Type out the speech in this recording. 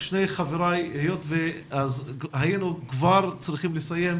היות והיינו כבר צריכים לסיים,